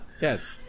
Yes